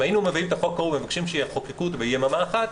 אם היינו מביאים את החוק ההוא ומבקשים שיחוקקו אותו ביממה אחת,